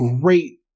great